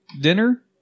dinner